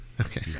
okay